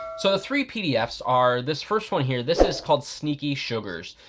so the three pdf's are, this first one here, this is called sneaky sugars.